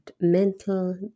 mental